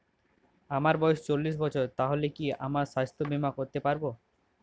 আমার বয়স চল্লিশ বছর তাহলে কি আমি সাস্থ্য বীমা করতে পারবো?